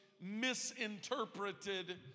misinterpreted